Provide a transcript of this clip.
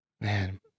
Man